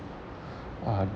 uh